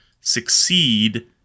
succeed